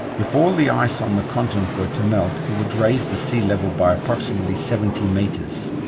if all the ice on the continent were to melt it would raise the sea level by approximately seventy metres.